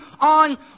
on